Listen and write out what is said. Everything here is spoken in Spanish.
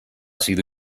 sido